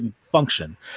function